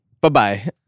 Bye-bye